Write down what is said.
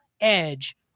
edge